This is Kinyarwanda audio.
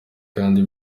kandi